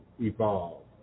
evolve